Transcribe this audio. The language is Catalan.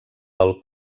del